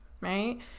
right